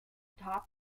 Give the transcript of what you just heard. top